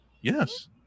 Yes